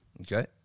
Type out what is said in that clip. Okay